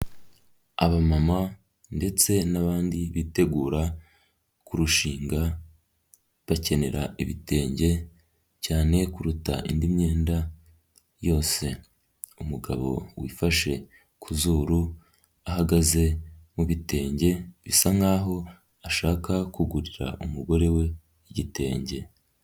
Aba mama ndetse n'abandi bitegura kurushinga bakenera ibitenge cyane kuruta indi myenda yose, umugabo wifashe ku zuru ahagaze mu bitenge bisa nk'aho ashaka kugurira umugore we igitenge.